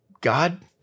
God